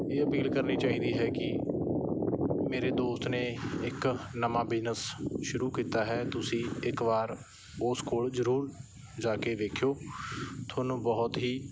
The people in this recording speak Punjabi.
ਇਹ ਅਪੀਲ ਕਰਨੀ ਚਾਹੀਦੀ ਹੈ ਕਿ ਮੇਰੇ ਦੋਸਤ ਨੇ ਇੱਕ ਨਵਾਂ ਬਿਜ਼ਨਸ ਸ਼ੁਰੂ ਕੀਤਾ ਹੈ ਤੁਸੀਂ ਇੱਕ ਵਾਰ ਉਸ ਕੋਲ ਜ਼ਰੂਰ ਜਾ ਕੇ ਵੇਖਿਓ ਤੁਹਾਨੂੰ ਬਹੁਤ ਹੀ